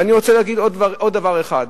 ואני רוצה להגיד עוד דבר אחד.